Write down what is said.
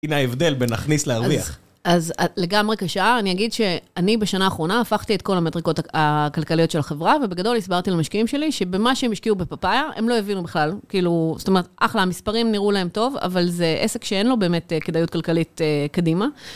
הנה ההבדל בין להכניס להרוויח. אז לגמרי כשעה אני אגיד שאני בשנה האחרונה הפכתי את כל המטריקות הכלכליות של החברה ובגדול הסברתי למשקיעים שלי שבמה שהם משקיעו בפפאיה הם לא הבינו בכלל, כאילו זאת אומרת אחלה מספרים נראו להם טוב אבל זה עסק שאין לו באמת כדאיות כלכלית קדימה.